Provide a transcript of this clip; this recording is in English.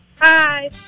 Hi